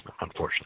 Unfortunately